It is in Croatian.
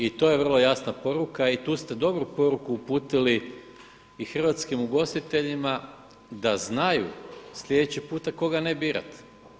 I to je vrlo jasna poruka i tu ste dobru poruku uputili i hrvatskim ugostiteljima da znaju sljedeći puta koga ne birati.